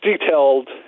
detailed